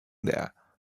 there